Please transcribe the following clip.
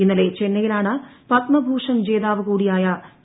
ഇന്നലെ ചെന്നൈയിലാണ് പത്മഭൂഷൻ ജേതാവ് കൂടിയായ ടി